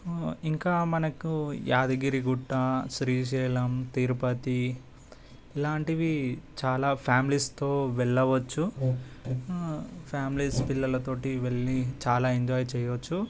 ఇంకా మనకు యాదగిరిగుట్ట శ్రీశైలం తిరుపతి ఇలాంటివి చాలా ఫ్యామిలీస్తో వెళ్ళవచ్చు ఫ్యామిలీస్ పిల్లలతోటి వెళ్ళి చాలా ఎంజాయ్ చేయొచ్చు